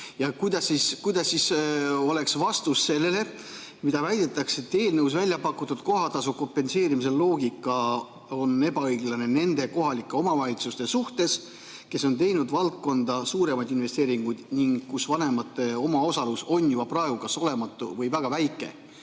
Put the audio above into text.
Kuidas siis oleks vastus sellele, mida väidetakse, et eelnõus väljapakutud kohatasu kompenseerimise loogika on ebaõiglane nende kohalike omavalitsuste suhtes, kes on teinud valdkonda suuremaid investeeringuid ning kus vanemate omaosalus on juba praegu kas olematu või väga väike?